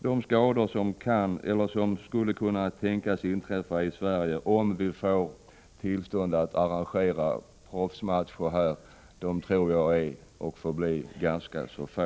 De skador som skulle kunna tänkas inträffa i Sverige om vi får tillstånd att arrangera proffsmatcher här tror jag är — och förblir — ganska få.